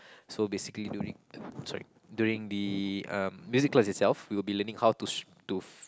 so basically during the sorry during the um music class itself we'll be learning how to s~ to